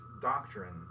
Doctrine